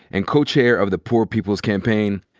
and co-chair of the poor people's campaign,